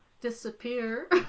disappear